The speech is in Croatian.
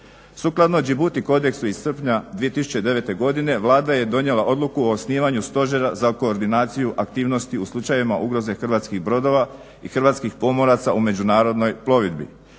sukladno Gibuti kodeksu iz srpnja 2009. godine Vlada je donijela odluku o osnivanju stožera za koordinaciju aktivnosti u slučajevima ugroze hrvatskih brodova i hrvatskih pomoraca u međunarodnoj plovidbi.